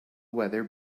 weather